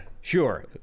sure